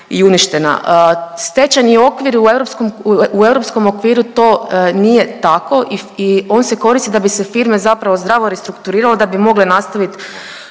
i uništena. Stečajni okvir u europskom okviru to nije tako i on se koristi da bi se firme zapravo zdravo restrukturirale da bi mogle nastaviti